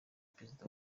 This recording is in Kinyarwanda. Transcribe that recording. perezida